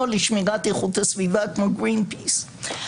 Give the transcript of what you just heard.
לשמירת איכות הסביבה כמו Greenpeace.